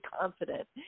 confident